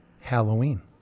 Halloween